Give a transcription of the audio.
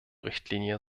richtlinie